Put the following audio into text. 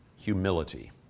humility